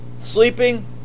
Sleeping